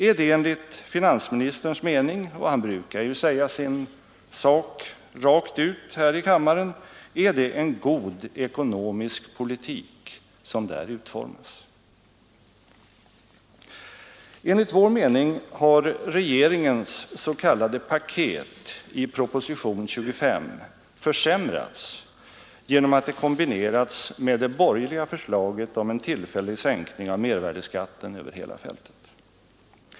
Är det enligt finansministerns mening — han brukar ju säga den rakt ut här i kammaren — en god ekonomisk politik som där utformas? Enligt vår mening har regeringens s.k. paket i propositionen 25 försämrats genom att det kombinerats med det borgerliga förslaget om en tillfällig sänkning av mervärdeskatten över hela fältet.